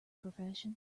profession